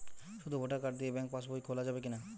শুধু voter card দিয়ে bank পাশ বই খোলা যাবে কিনা?